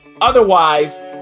Otherwise